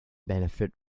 benefit